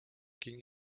ging